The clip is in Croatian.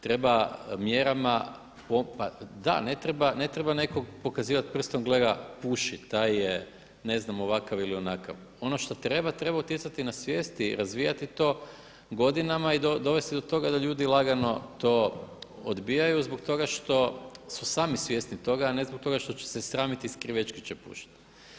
Treba mjerama, da ne treba u nekog pokazivati prstom, gle ga puši, taj je ne znam ovakav ili onakav, ono što treba, treba utjecati na svijesti i razvijati to godinama i dovesti do toga da ljudi legalno to odbijaju zbog toga što su sami svjesni toga, a ne zbog toga što će se sramiti i skrivećki će pušiti.